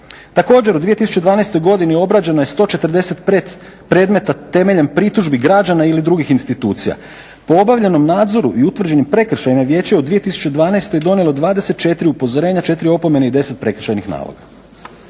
Također u 2012.godini obrađeno je 140 predmeta temeljem pritužbi građana ili drugih institucija. Po obavljenom nadzoru i utvrđenim prekršajima Vijeće je u 2012.donijelo 24 upozorenja, 4 opomene i 10 prekršajnih naloga.